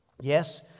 Yes